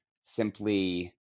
simply